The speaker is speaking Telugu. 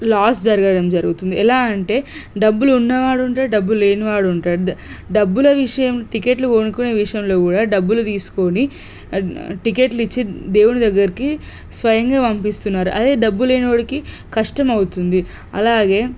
లాస్ జరగడం జరుగుతుంది ఎలా అంటే డబ్బులు ఉన్నవాడు ఉంటాడు డబ్బులు లేనివాడు ఉంటాడు డబ్బుల విషయం టికెట్లు కొనుక్కునే విషయంలో కూడా డబ్బులు తీసుకొని టికెట్లు ఇచ్చి దేవుని దగ్గరకి స్వయంగా పంపిస్తున్నారు అదే డబ్బు లేనివాడికి కష్టమవుతుంది అలాగే